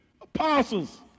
Apostles